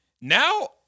Now